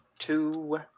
Two